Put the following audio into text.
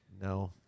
No